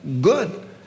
good